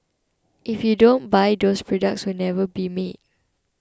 if you don't buy those products will never be made